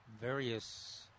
various